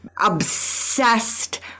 obsessed